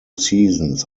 seasons